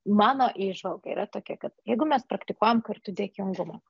mano įžvalga yra tokia kad jeigu mes praktikuojam kartu dėkingumą